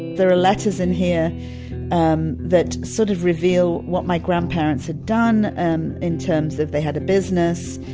there are letters in here um that sort of reveal what my grandparents had done um in terms of they had a business.